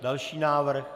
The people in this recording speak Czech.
Další návrh.